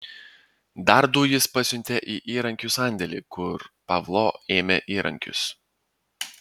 dar du jis pasiuntė į įrankių sandėlį kur pavlo ėmė įrankius